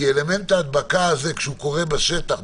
כי אלמנט ההדבקה בבית